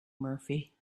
murphy